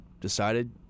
decided